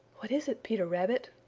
what is it, peter rabbit?